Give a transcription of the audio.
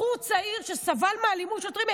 בחור צעיר שסבל מאלימות שוטרים,